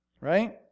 right